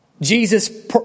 Jesus